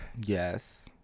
yes